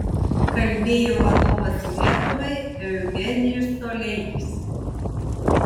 kalbėjo vadovas lietuvai eugenijus toleikis